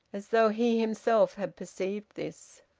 as though he himself had perceived this.